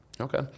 Okay